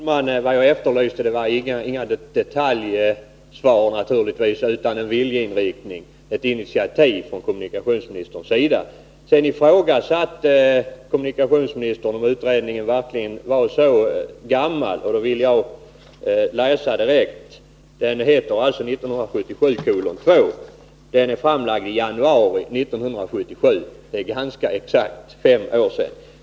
Herr talman! Vad jag efterlyste var naturligtvis inget detaljsvar utan en viljeinriktning, ett initiativ fftån kommunikationsministerns sida. Sedan ifrågasatte kommunikationsministern om utredningen verkligen var så gammal. Då vill jag läsa direkt att betänkandet är SOU 1977:2, och det är underskrivet i januari 1977 — det är ganska exakt fem år sedan.